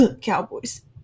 Cowboys